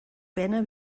pena